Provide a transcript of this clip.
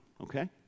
okay